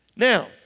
Now